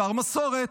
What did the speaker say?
שר מסורת.